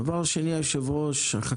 דבר שני, החקלאות,